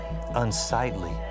unsightly